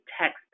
text